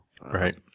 Right